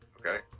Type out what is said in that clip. Okay